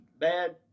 bad